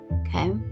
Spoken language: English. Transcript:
Okay